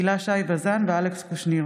הילה שי וזאן ואלכס קושניר